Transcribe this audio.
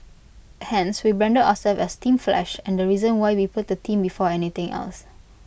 hence we branded ourselves as team flash and the reason why we put the team before anything else